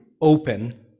open